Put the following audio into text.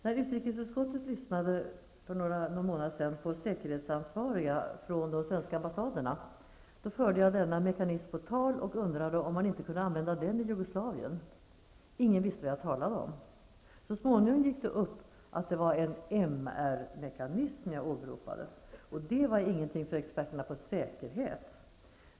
När utrikesutskottet för någon månad sedan lyssnade på de säkerhetsansvariga från de svenska ambassaderna, förde jag denna mekanism på tal och undrade om man inte kunde använda den i Jugoslavien. Ingen visste vad jag talade om. Så småningom gick det upp att det var en MR mekanism jag åberopade. Det var ingenting för experterna på säkerhet!